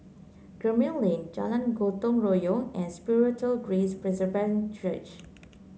Gemmill Lane Jalan Gotong Royong and Spiritual Grace Presbyterian Church